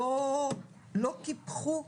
לא קיפחו.